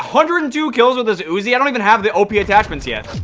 hundred and two kills with a z z i don't even have the opie attachments yet